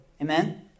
Amen